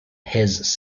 his